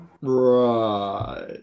right